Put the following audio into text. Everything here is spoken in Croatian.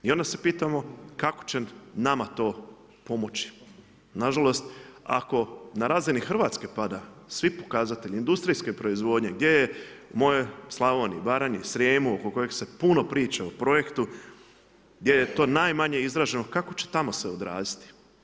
I onda se pitamo kako će nama to pomoći, nažalost, ako na razini Hrvatske pada, svi pokazatelji industrijske proizvodnje, gdje je u mojoj Slavoniji, Baranji, Srijemu, oko kojeg se puno priča o projektu, gdje je to najmanje izraženo, kako će tamo se odraziti?